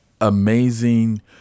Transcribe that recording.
amazing